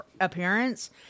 appearance